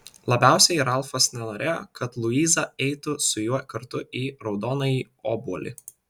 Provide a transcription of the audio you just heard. labiausiai ralfas nenorėjo kad luiza eitų su juo kartu į raudonąjį obuolį